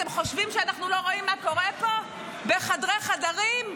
אתם חושבים שאנחנו לא רואים מה קורה פה בחדרי חדרים?